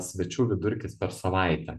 svečių vidurkis per savaitę